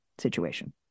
situation